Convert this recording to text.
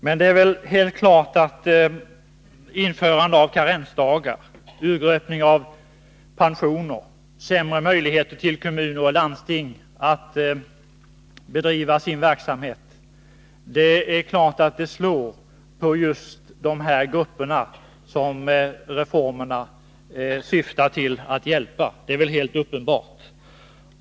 Men det är helt klart att införandet av karensdagar, urgröpningen av pensioner och de försämrade möjligheterna för kommuner och landsting att bedriva sin verksamhet slår på just de grupper som reformerna syftar till att hjälpa. Det är väl helt uppenbart.